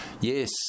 Yes